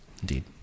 Indeed